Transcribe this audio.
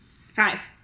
Five